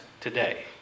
today